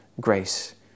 grace